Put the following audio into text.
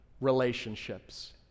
relationships